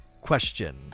Question